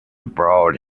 abroad